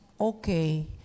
okay